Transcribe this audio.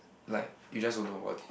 like you just don't know about it